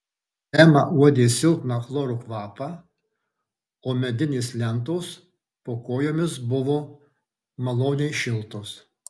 ema uodė silpną chloro kvapą o medinės lentos po kojomis buvo maloniai šiltos